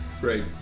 Great